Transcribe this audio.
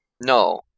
No